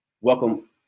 Welcome